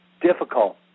difficult